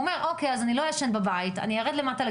אותו אדם יירד לעשן בגינה למטה,